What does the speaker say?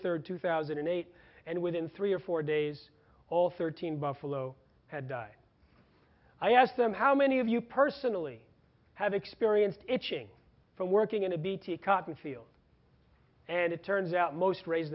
third two thousand and eight and within three or four days all thirteen buffalo had died i asked them how many of you personally have experienced etching from working in a bt cotton field and it turns out most raise